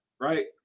right